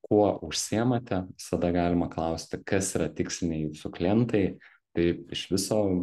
kuo užsiemate visada galima klausti kas yra tiksliniai jūsų klientai taip iš viso